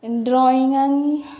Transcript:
ड्रॉइंगान